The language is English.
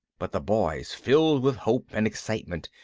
but the boys, filled with hope and excitement,